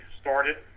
started